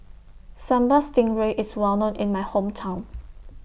Sambal Stingray IS Well known in My Hometown